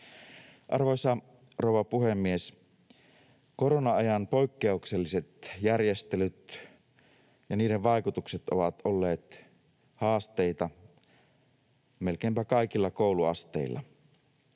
Arvoisa rouva puhemies! Korona-ajan poikkeukselliset järjestelyt ja niiden vaikutukset ovat olleet haasteita melkeinpä kaikilla kouluasteilla.